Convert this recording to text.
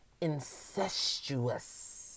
incestuous